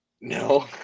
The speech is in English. No